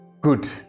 good